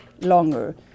longer